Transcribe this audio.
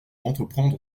entreprendre